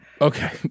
Okay